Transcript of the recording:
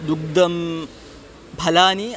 दुग्धं फलानि